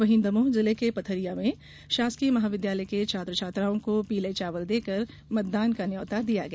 वहीं दमोह जिले के पथरिया में शासकीय महाविद्यालय के छात्र छात्राओं को पीले चावल देकर मतदान का न्यौता दिया गया